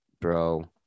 bro